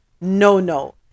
no-no